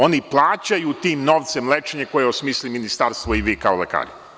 Oni plaćaju tim novcem lečenje koje osmisli ministarstvo i vi kao lekari.